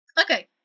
Okay